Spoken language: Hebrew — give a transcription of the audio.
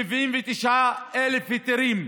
איזה יופי, 79,000 היתרים.